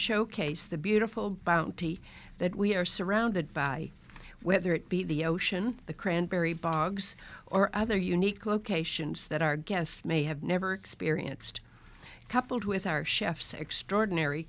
showcase the beautiful bounty that we are surrounded by whether it be the ocean the cranberry bog or other unique locations that our guests may have never experienced coupled with our chef's extraordinary